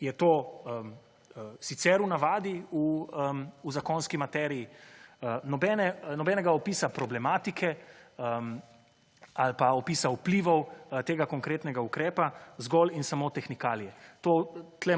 je to sicer v navadi v zakonski materiji, nobenega opisa problematike ali pa opisa vplivov tega konkretnega ukrepa, zgolj in samo »tehnikalije«.